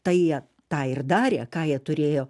tą jie tą ir darė ką jie turėjo